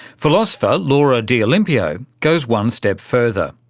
philosopher laura d'olimpio goes one step further.